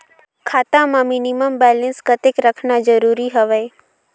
खाता मां minimum balance कतेक रखना जरूरी हवय?